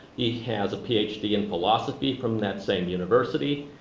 he has a ph d. in philosophy from that same university.